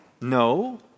No